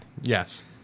Yes